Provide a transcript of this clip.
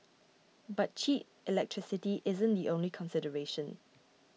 but cheap electricity isn't the only consideration